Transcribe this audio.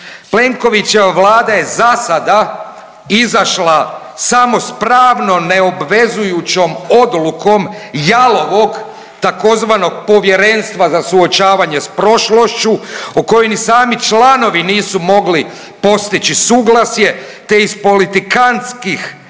Plenkovićeva Vlada je za sada izašla samo sa pravno neobvezujućom odlukom jalovog, tzv. Povjerenstva za suočavanje sa prošlošću o kojoj ni sami članovi nisu mogli postići suglasje, te iz politikantskih